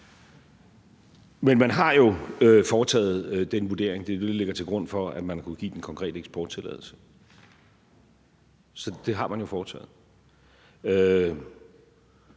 Men man har jo foretaget den vurdering. Det er jo det, der ligger til grund for, at man har kunnet give den konkrete eksporttilladelse. Så det har man jo foretaget.